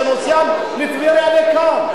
שנוסע מטבריה לכאן,